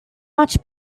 much